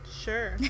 Sure